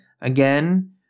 Again